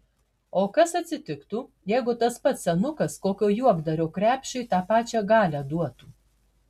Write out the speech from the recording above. o kas atsitiktų jeigu tas pats senukas kokio juokdario krepšiui tą pačią galią duotų